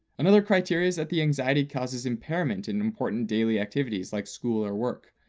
another criteria is that the anxiety causes impairment in important daily activities like school or work.